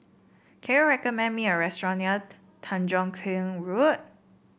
can you recommend me a restaurant near Tanjong Kling Road